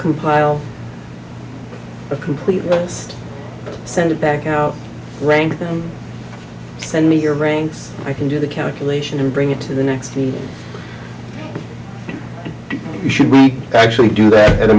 compile a complete list send it back out rank them send me your brains i can do the calculation and bring it to the next to you should we actually do that a